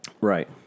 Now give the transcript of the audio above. Right